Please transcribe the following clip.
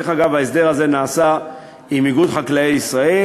דרך אגב, ההסדר הזה נעשה עם איגוד חקלאי ישראל,